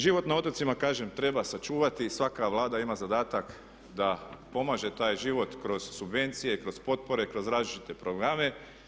Život na otocima, kažem treba sačuvati i svaka Vlada ima zadatak da pomaže taj život kroz subvencije, kroz potpore, kroz različite programe.